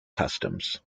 customs